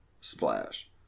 splash